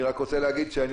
אני רק רוצה להגיד שאני